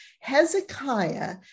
Hezekiah